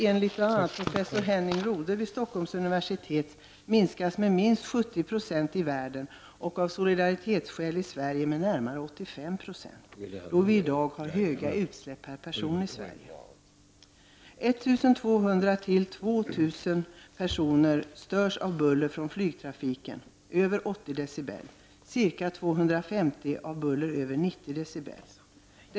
Enligt bl.a. professor Henning Rodhe vid Stockholms universitet måste utsläppen av fossila bränslen minskas med minst 70 90 i världen, och av solidaritetsskäl med närmare 85 96 i Sverige, eftersom vi i Sverige har stora utsläpp per person. 1200—2 000 personer störs av buller på över 80 decibel från flygtrafiken. Ca 250 personer störs av buller över 90 decibel från flygtrafiken på Dala Airport.